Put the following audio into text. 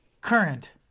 current